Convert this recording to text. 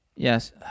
yes